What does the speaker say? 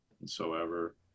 whatsoever